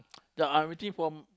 then I'm waiting for